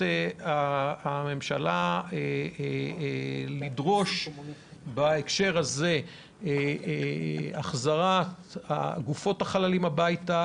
הממשלה לדרוש בהקשר הזה החזרת גופות החללים הביתה,